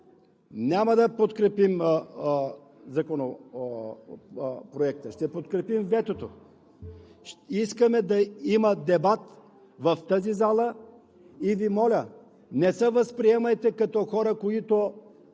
няма да подкрепим Законопроекта, ще подкрепим ветото. Искаме да има дебат в тази зала и Ви моля. не се възприемайте като хора, за които